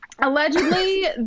allegedly